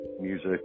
music